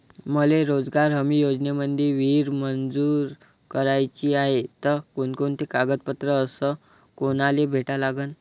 मले रोजगार हमी योजनेमंदी विहीर मंजूर कराची हाये त कोनकोनते कागदपत्र अस कोनाले भेटा लागन?